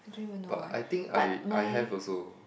but I think I I have also